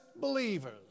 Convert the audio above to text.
believers